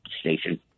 station